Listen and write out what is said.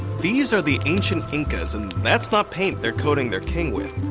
these are the ancient incas, and that's not paint they're coating their king with.